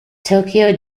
tokyo